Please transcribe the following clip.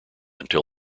until